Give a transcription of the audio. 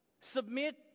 submit